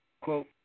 quote